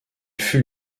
fut